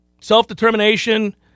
self-determination